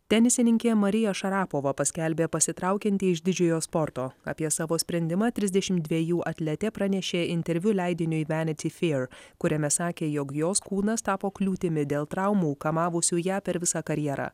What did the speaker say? tenisininkė marija šarapova paskelbė pasitraukianti iš didžiojo sporto apie savo sprendimą trisdešimt dvejų atletė pranešė interviu leidiniui vanity fair kuriame sakė jog jos kūnas tapo kliūtimi dėl traumų kamavusių ją per visą karjerą